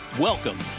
Welcome